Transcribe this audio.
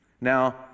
Now